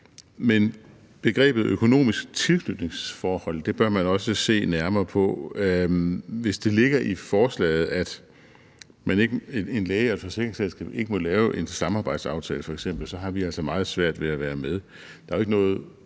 men begrebet økonomisk tilknytningsforhold bør man også se nærmere på. Hvis det ligger i forslaget, at en læge og et forsikringsselskab ikke må lave f.eks. en samarbejdsaftale, har vi altså meget svært ved at være med.